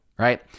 right